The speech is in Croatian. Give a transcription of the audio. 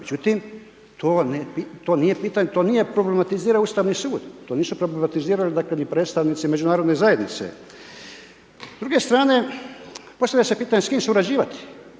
pitanje, to nije problematizirao Ustavni sud, to nisu …/Govornik se ne razumije./… niti predstavnici međunarodne zajednice. S druge strane postavlja se pitanje s kim surađivati.